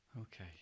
Okay